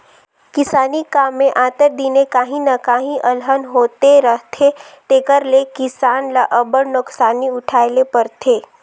किसानी काम में आंतर दिने काहीं न काहीं अलहन होते रहथे तेकर ले किसान ल अब्बड़ नोसकानी उठाए ले परथे